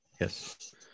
Yes